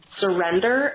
surrender